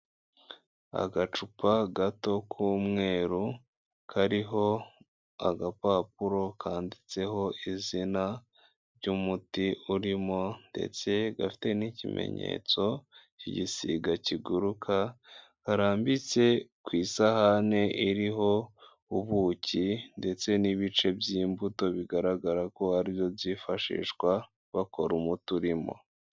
Agacupa gato k'umweru kariho agapapuro kandiditseho izina ry'umuti urimo ndetse gafite n'ikimenyetso cy'igisiga kiguruka. Karambitse ku isahane iriho ubuki ndetse n'ibice by'imbuto bigaragara ko ari byo byifashishwa bakora umuti urimo.